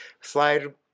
slide